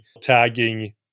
tagging